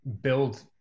build